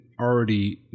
already